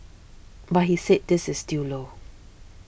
but he said this is still low